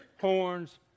horns